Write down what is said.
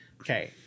okay